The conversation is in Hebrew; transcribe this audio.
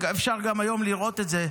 אפשר גם היום לראות את זה,